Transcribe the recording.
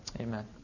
Amen